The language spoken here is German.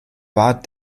war